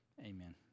Amen